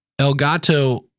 Elgato